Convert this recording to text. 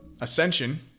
ascension